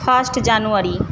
first January